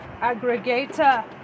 Aggregator